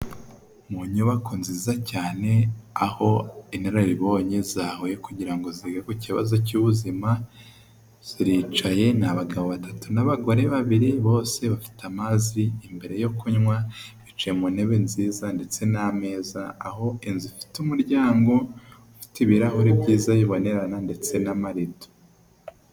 Mu nyubako nziza cyane aho inararibonye zahuye kugira ngo zige ku kibazo cy'ubuzima, ziricaye ni abagabo batatu n'abagore babiri, bose bafite amazi imbere yo kunywa, bicaye mu ntebe nziza ndetse n'ameza, aho inzu ifite umuryango ufite ibirahuri byiza bibonerana ndetse n'amarido.